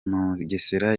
mugesera